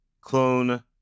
clone